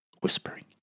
whispering